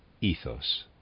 ethos